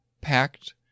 packed